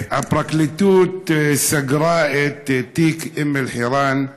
הפרקליטות סגרה את תיק אום אל-חיראן בנימוק: